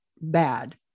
bad